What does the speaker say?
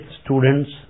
students